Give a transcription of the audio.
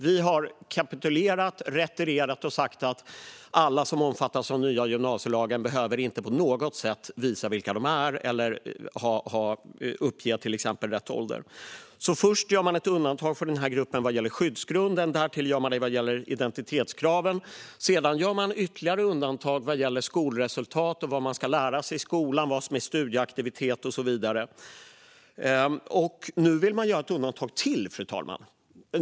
Vi har kapitulerat, retirerat och sagt att alla som omfattas av den nya gymnasielagen inte på något sätt behöver visa vilka de är eller till exempel uppge rätt ålder. Först gör man alltså ett undantag för den här gruppen vad gäller skyddsgrunden. Därtill gör man det vad gäller identitetskraven. Sedan gör man ytterligare undantag vad gäller skolresultat, vad man ska lära sig i skolan, vad som är studieaktivitet och så vidare. Och nu, fru talman, vill man göra ett undantag till.